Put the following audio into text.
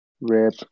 Rip